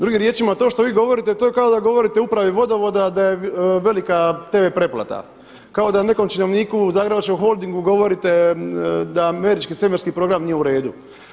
Drugim riječima, to što vi govorite to je kao da govorite upravi Vodovoda da je velika tv pretplata, kao da nekom činovniku u Zagrebačkom holdingu govorite da američki svemirski program nije u redu.